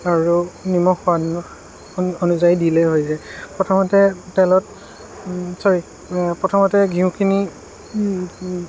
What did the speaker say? আৰু নিমখ অনুযায়ী দিলেই হৈ যায় প্ৰথমতে তেলত ছ'ৰি প্ৰথমতে ঘিউখিনি